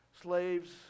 slaves